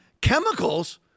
chemicals